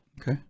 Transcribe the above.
Okay